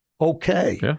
okay